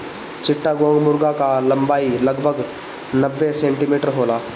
चिट्टागोंग मुर्गा कअ लंबाई लगभग नब्बे सेंटीमीटर होला